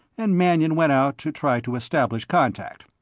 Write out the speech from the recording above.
and mannion went out to try to establish contact.